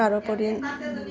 তাৰোপৰি